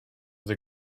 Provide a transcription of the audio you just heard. they